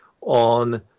on